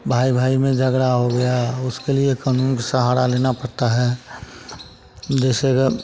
भाई भाई में झगड़ा हो गया उसके लिए कानून का सहारा लेना पड़ता है जैसे अगर